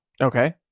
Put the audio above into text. Okay